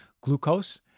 glucose